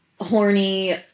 horny